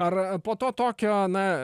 ar po to tokio na